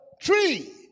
Tree